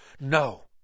No